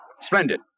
Splendid